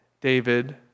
David